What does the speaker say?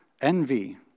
envy